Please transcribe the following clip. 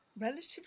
relatively